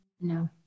no